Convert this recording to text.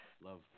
Love